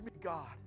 God